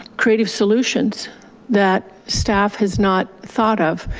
creative solutions that staff has not thought of.